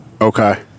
Okay